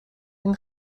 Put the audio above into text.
این